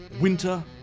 Winter